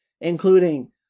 including